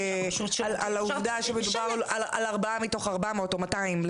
על העובדה שמדובר על ארבעה מתוך ארבע מאות או מאתיים,